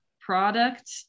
product